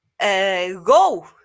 go